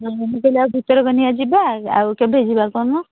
ମୁଁ କହିଲି ଆଉ ଭିତରକନିକା ଯିବା ଆଉ କେବେ ଯିବା କହୁନୁ